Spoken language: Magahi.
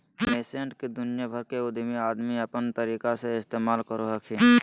नैसैंट के दुनिया भर के उद्यमी आदमी सब अपन तरीका से इस्तेमाल करो हखिन